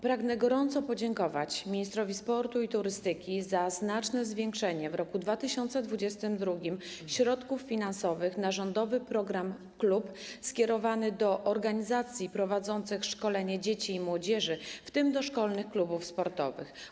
Pragnę gorąco podziękować ministrowi sportu i turystyki za znaczne zwiększenie w roku 2022 środków finansowych na rządowy program ˝Klub˝ skierowany do organizacji prowadzących szkolenie dzieci i młodzieży, w tym do szkolnych klubów sportowych.